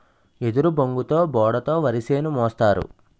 ఎదురుబొంగుతో బోడ తో వరిసేను మోస్తారు